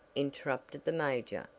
interrupted the major,